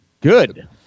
Good